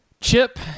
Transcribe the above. Chip